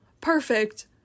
Perfect